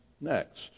next